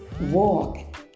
walk